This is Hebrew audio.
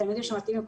תלמידים שמתאימים,